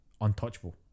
untouchable